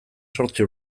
zortzi